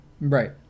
right